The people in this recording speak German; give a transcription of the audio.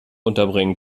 unterbringen